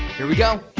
here we go.